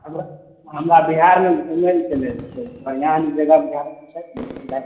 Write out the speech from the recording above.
हमरा हमरा बिहारमे घुमयलऽ छलय बढिआँ जगह बिहारमे छै न